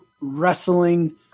wrestling